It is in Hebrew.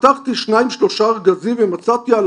'פתחתי שניים-שלושה ארגזים ומצאתי על